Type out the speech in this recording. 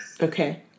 okay